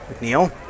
McNeil